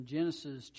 Genesis